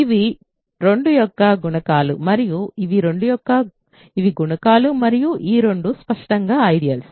ఇవి 2 యొక్క గుణకాలు మరియు ఇవి గుణకాలు మరియు ఈ రెండూ స్పష్టంగా ఐడియల్స్